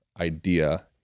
idea